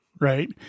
Right